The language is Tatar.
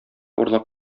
урлап